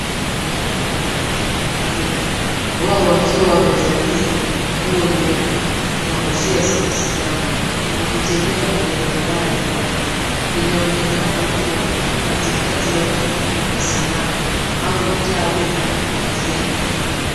Kuna watu wengi, wao wakiwa wamevalia nguo nyeupe na kofia za kiislamu. Wakitembea kwenye barabara nyembamba, inayonekana kuwa katikati ya mji wa zamani au mtaa wenye majengo.